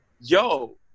yo